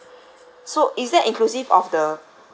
so is that inclusive of the